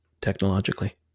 technologically